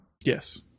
Yes